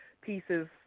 pieces